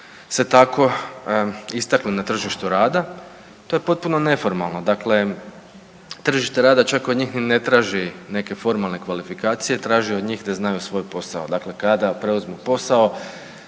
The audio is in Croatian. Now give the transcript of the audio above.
se tako istakli na tržištu rada to je potpuno neformalno. Dakle, tržište rada čak od njih ni ne traži neke formalne kvalifikacije, traži od njih da znaju svoj posao. Dakle, kada preuzmi posao